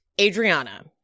Adriana